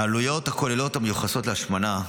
העלויות הכוללות המיוחסות להשמנה,